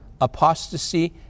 apostasy